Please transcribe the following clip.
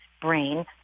brain